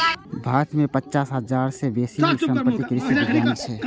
भारत मे पचास हजार सं बेसी समर्पित कृषि वैज्ञानिक छै